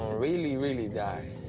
really, really, die.